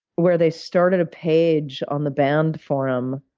where they started a page on the band forum,